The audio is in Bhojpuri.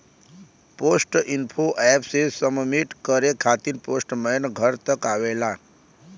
पोस्ट इन्फो एप से सबमिट करे खातिर पोस्टमैन घर तक आवला